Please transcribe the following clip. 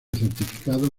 certificado